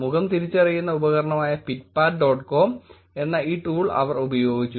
മുഖം തിരിച്ചറിയുന്ന ഉപകരണമായ പിറ്റ്പാറ്റ് ഡോട്ട് കോം എന്ന ഈ ടൂൾ അവർ ഉപയോഗിച്ചു